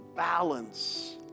balance